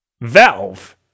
Valve